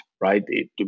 right